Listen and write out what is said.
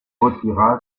retira